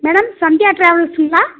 madam Sandhya ட்ராவல்ஸுங்களா